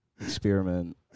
experiment